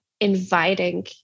inviting